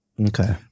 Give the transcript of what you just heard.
Okay